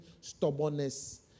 stubbornness